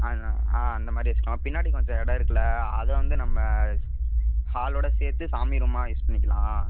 அதான் ஆ அந்த மாதிரி வச்சுக்கலாம் பின்னாடி கொஞ்சோ இடம் இருக்குதுல்ல அதை வந்து நம்ம ஹால்லோட சேர்த்து சாமி ரூம்மா யூஸ் பண்ணிக்கலாம்